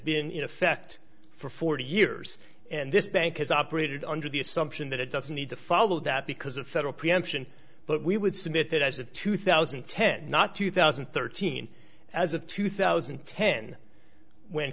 been in effect for forty years and this bank has operated under the assumption that it doesn't need to follow that because of federal preemption but we would submit that as of two thousand and ten not two thousand and thirteen as of two thousand and ten when